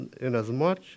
inasmuch